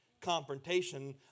confrontation